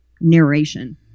narration